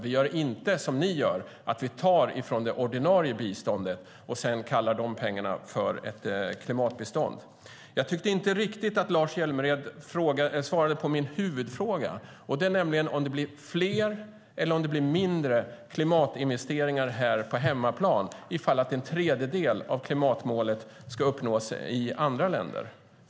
Vi gör inte, som ni gör, så att vi tar pengar från det ordinarie biståndet och sedan kallar det för ett klimatbistånd. Jag tycker inte riktigt att Lars Hjälmered svarade på min huvudfråga, nämligen om det blir fler eller mindre klimatinvesteringar här på hemmaplan ifall en tredjedel av klimatmålet ska uppnås i andra länder.